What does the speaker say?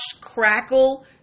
Crackle